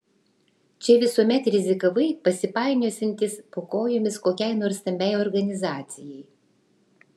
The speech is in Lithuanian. čia visuomet rizikavai pasipainiosiantis po kojomis kokiai nors stambiai organizacijai